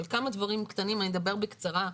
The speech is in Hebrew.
כמה דברים קטנים אני אדבר בקצרה,